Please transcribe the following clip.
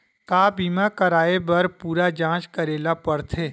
का बीमा कराए बर पूरा जांच करेला पड़थे?